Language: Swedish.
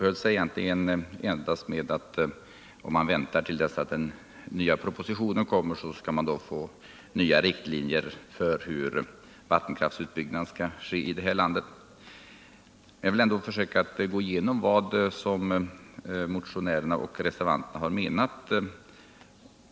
Han sade egentligen endast att om man väntar till dess att den nya propositionen kommer, så får man nya riktlinjer för hur vattenkraftsutbyggnaden i det här landet skall ske. Jag vill ändå försöka gå igenom vad motionärerna och reservanterna menat.